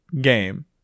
game